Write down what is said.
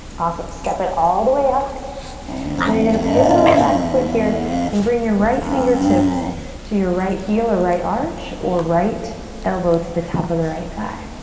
awesome, step it all the way up. and then you're going to pivot on the back foot here and bring your right fingertips to your right heel or right arch, or right elbow to the top of the right thigh.